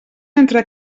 entre